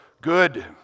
good